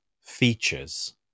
features